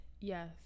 Yes